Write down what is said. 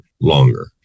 longer